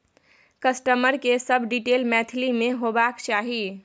customer के सब detail Maithili में होबाक चाही